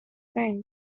friend